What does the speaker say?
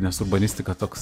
nes urbanistika toks